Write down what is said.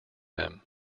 them